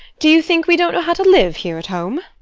do you think we don't know how to live here at home?